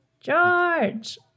George